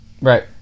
Right